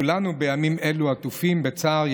כולנו בימים אלו עטופים בצער,